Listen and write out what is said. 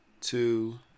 two